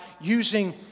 using